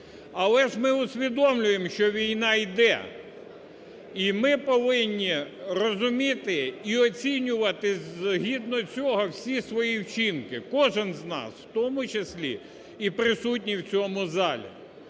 Але ж ми усвідомлюємо, що війна йде, і ми повинні розуміти і оцінювати згідно цього всі свої вчинки, кожен з нас, в тому числі і присутні в цьому залі.